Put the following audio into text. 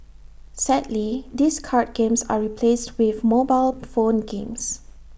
sadly these card games are replaced with mobile phone games